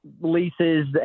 leases